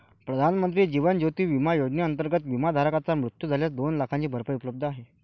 प्रधानमंत्री जीवन ज्योती विमा योजनेअंतर्गत, विमाधारकाचा मृत्यू झाल्यास दोन लाखांची भरपाई उपलब्ध आहे